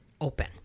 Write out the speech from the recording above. open